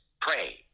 pray